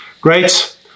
Great